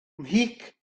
mhic